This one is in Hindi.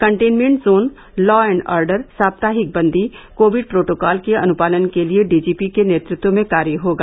containment zone law and order साप्ताहिक बन्दी कोविड प्रोटोकॉल के अनुपालन के लिए डीजीपी के नेतृत्व में कार्य होगा